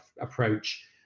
approach